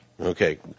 Okay